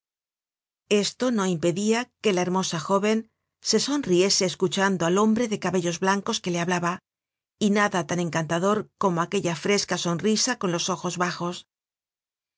esto no impedia que la hermosa jóven se sonriese escuchando al hombre de cabellos blancos que le hablaba y nada tan encantador como aquella fresca sonrisa con los ojos bajos